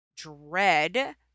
dread